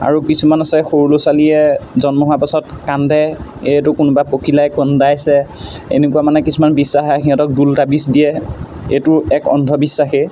আৰু কিছুমান আছে সৰু ল'ৰা ছোৱালীয়ে জন্ম হোৱাৰ পাছত কান্দে এইটো কোনোবা পখিলাই কন্দাইছে এনেকুৱা মানে কিছুমান বিশ্বাসে সিহঁতক দোল তাবিজ দিয়ে এইটো এক অন্ধবিশ্বাসেই